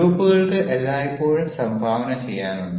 ഗ്രൂപ്പുകൾക്ക് എല്ലായ്പ്പോഴും സംഭാവന ചെയ്യാനുണ്ട്